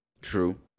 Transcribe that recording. True